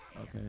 Okay